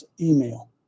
email